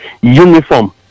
uniform